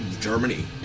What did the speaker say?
Germany